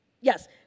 Yes